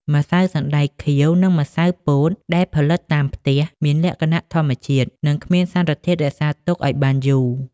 ម្សៅសណ្តែកខៀវ និងម្សៅពោតដែលផលិតតាមផ្ទះ មានលក្ខណៈធម្មជាតិ និងគ្មានសារធាតុរក្សាទុកឱ្យបានយូរ។